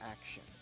action